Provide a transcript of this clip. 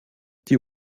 die